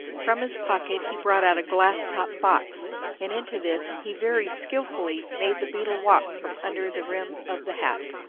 from his pocket he brought out a glass-topped box, and into this he very skillfully made the beetle walk from under the rim of the hat.